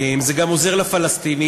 זה גם עוזר לפלסטינים,